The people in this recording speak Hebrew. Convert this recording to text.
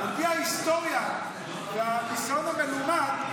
על פי ההיסטוריה והניסיון המלומד,